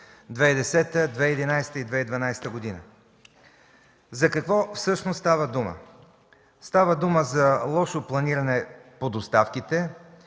2010, 2011 и 2012 г. За какво всъщност става дума? Става дума за лошо планиране по доставките,